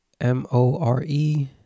M-O-R-E